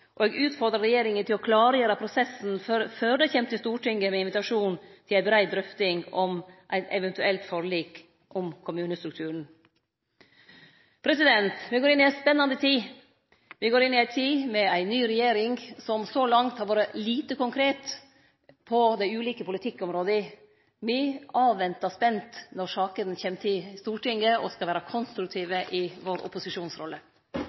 meining. Eg utfordrar regjeringa til å klargjere prosessen før ho kjem til Stortinget med invitasjon til ei brei drøfting om eit eventuelt forlik om kommunestrukturen. Me går inn i ei spennande tid. Me går inn i ei tid med ei ny regjering, som så langt har vore lite konkret på dei ulike politikkområda. Me ventar spent på at sakene kjem til Stortinget, og skal vere konstruktive i opposisjonsrolla vår.